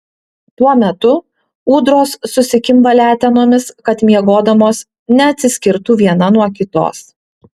tuo metu ūdros susikimba letenomis kad miegodamos neatsiskirtų viena nuo kitos